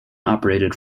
operated